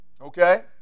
Okay